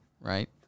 right